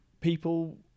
people